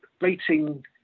Rating